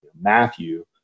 Matthew